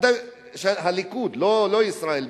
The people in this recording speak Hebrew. לא ישראל ביתנו,